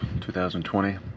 2020